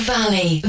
Valley